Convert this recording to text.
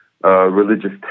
Religious